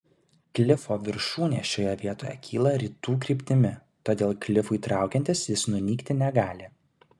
klifo viršūnė šioje vietoje kyla rytų kryptimi todėl klifui traukiantis jis nunykti negali